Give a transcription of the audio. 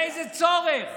לאיזה צורך?